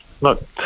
Look